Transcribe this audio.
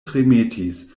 tremetis